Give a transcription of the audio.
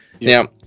Now